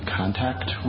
contact